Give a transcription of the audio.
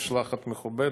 משלחת מכובדת.